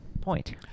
point